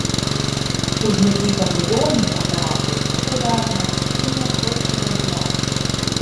užmigdytam ligoniui operacijos metu daroma dirbtinė plaučių ventiliacija